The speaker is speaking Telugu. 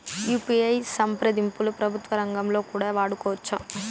యు.పి.ఐ సంప్రదింపులు ప్రభుత్వ రంగంలో కూడా వాడుకోవచ్చా?